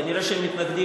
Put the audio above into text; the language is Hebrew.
הם כנראה מתנגדים,